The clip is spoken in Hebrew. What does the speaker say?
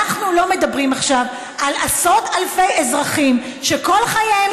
אנחנו לא מדברים עכשיו על עשרות אלפי אזרחים שכל חייהם